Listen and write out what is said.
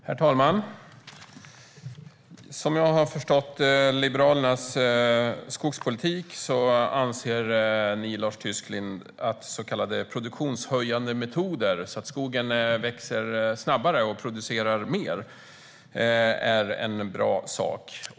Herr talman! Som jag har förstått Liberalernas skogspolitik anser ni, Lars Tysklind, att så kallade produktionshöjande metoder för att skogen ska växa snabbare och producera mer är en bra sak.